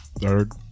Third